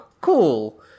cool